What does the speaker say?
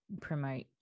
promote